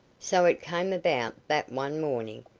so it came about that one morning,